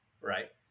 Right